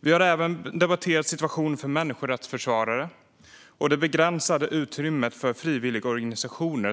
Vi har även debatterat situationen för människorättsförsvarare och det begränsade utrymmet för frivilligorganisationer.